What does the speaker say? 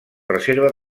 reserva